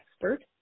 expert